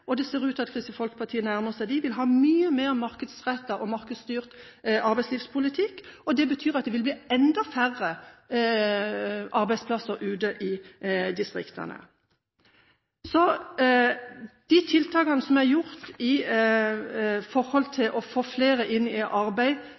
og det ser ut til at Kristelig Folkeparti nærmer seg dem – vil ha mye mer markedsrettet og markedsstyrt arbeidslivspolitikk. Det betyr at det vil bli enda færre arbeidsplasser ute i distriktene. De tiltakene som er gjort for å få flere inn i